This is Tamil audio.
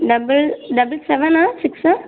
டபுள் டபுள் செவனா சிக்ஸா